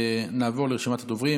נעבור לרשימת הדוברים.